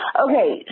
Okay